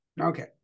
Okay